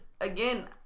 again